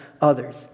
others